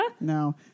No